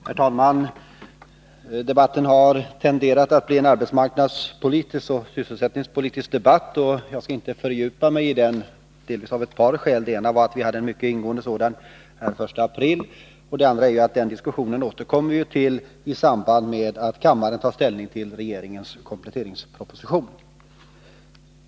Herr talman! Debatten har tenderat att bli en arbetsmarknadspolitisk och sysselsättningspolitisk debatt. Jag skall inte fördjupa mig i den, delvis av två skäl. Det ena är att vi hade en mycket ingående sådan debatt den 1 april. Det andra är att den diskussionen återkommer i samband med att kammaren tar ställning till regeringens kompletteringsproposition.